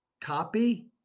Copy